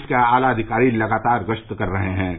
police के आला अधिकारी लगातार गश्त कर रहे हैं